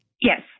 Yes